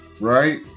Right